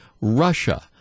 russia